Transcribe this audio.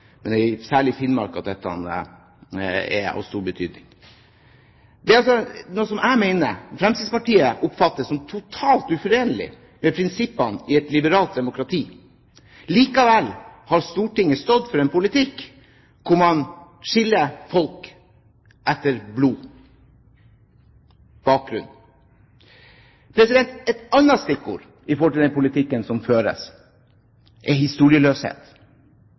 men det er særlig i Finnmark at dette er av stor betydning. Det er noe jeg mener er – og Fremskrittspartiet oppfatter som – totalt uforenelig med prinsippene i et liberalt demokrati. Likevel har Stortinget stått for en politikk hvor man skiller folk etter blodbakgrunn. Et annet stikkord i den politikken som føres, er historieløshet.